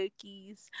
Cookies